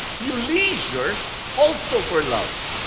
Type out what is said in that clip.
you leisure also for love.